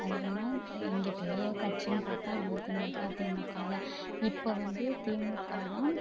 அதிகமாக இங்கே பெரிய கட்சின்னு பார்த்தா அதிமுக திமுக தான் இப்போ வந்து திமுக தான்